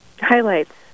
highlights